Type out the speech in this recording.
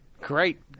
Great